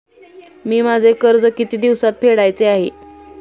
मी माझे कर्ज किती दिवसांत फेडायचे आहे?